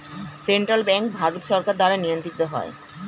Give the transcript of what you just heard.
central bank Bharat সরকার দ্বারা নিয়ন্ত্রিত হয়